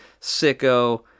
Sicko